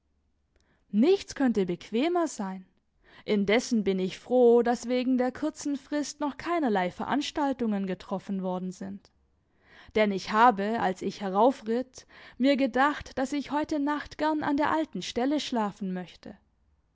nichts könnte bequemer sein indessen bin ich froh daß wegen der kurzen frist noch keinerlei veranstaltungen getroffen worden sind denn ich habe als ich heraufritt mir gedacht daß ich heute nacht gern an der alten stelle schlafen möchte